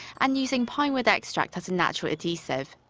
and using pinewood extract as a natural adhesive.